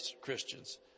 Christians